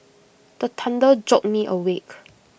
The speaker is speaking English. the thunder jolt me awake